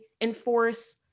enforce